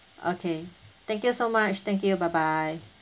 okay thank you so much thank you bye bye